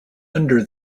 under